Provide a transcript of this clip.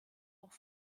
auch